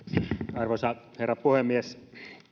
arvoisa herra puhemies